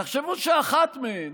תחשבו שאחת מהן,